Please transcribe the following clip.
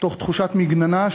תוך תחושת מגננה,